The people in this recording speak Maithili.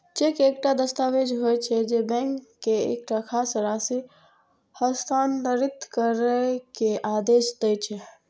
चेक एकटा दस्तावेज होइ छै, जे बैंक के एकटा खास राशि हस्तांतरित करै के आदेश दै छै